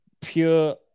pure